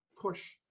push